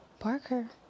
Parker